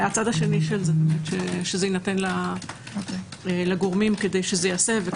הצד השני, שזה יינתן לגורמים כדי שזה ייעשה.